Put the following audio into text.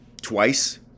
twice